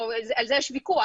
על זה יש ויכוח,